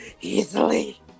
easily